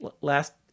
last